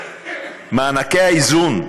מענקי האיזון,